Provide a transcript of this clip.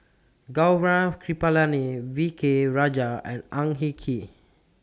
Gaurav Kripalani V K Rajah and Ang Hin Kee